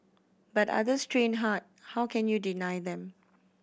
but others train hard how can you deny them